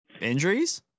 Injuries